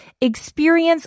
experience